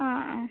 അ ആ